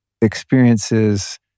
experiences